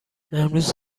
امروز